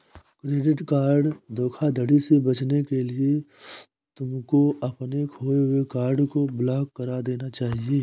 credit card धोखाधड़ी से बचने के लिए तुमको अपने खोए हुए कार्ड को ब्लॉक करा देना चाहिए